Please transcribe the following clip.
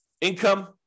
Income